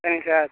சரிங்க சார்